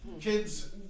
kids